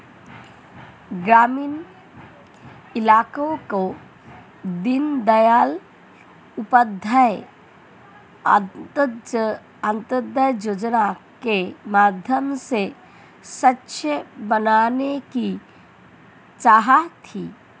ग्रामीण इलाकों को दीनदयाल उपाध्याय अंत्योदय योजना के माध्यम से स्वच्छ बनाने की चाह थी